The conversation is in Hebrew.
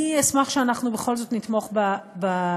אני אשמח שאנחנו בכל זאת נתמוך בהסתייגות,